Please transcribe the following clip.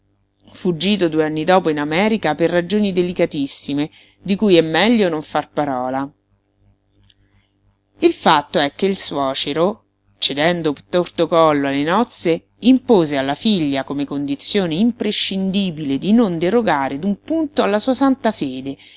fuggito due anni dopo in america per ragioni delicatissime di cui è meglio non far parola il fatto è che il suocero cedendo obtorto collo alle nozze impose alla figlia come condizione imprescindibile di non derogare d'un punto alla sua santa fede